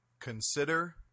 Consider